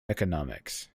economics